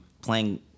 playing